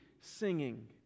singing